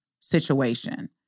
situation